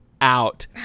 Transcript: out